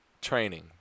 training